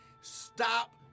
Stop